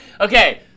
okay